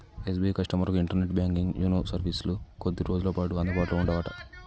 SBI కస్టమర్లకు internet banking YONO సర్వీసులు కొద్ది రోజులపాటు అందుబాటులో ఉండవట